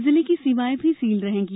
जिले की सीमाएं भी सील रहेंगी